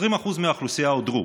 20% מהאוכלוסייה הודרו,